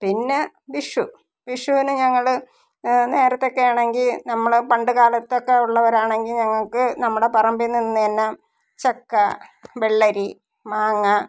പിന്നെ വിഷു വിഷുവിന് ഞങ്ങൾ നേരത്തയൊക്കെ ആണെങ്കിൽ നമ്മൾ പണ്ട് കാലത്തൊക്കെ ഉള്ളവരാണെങ്കിൽ ഞങ്ങൾക്ക് നമ്മുടെ പറമ്പിൽ നിന്ന് ചക്ക വെള്ളരി മാങ്ങ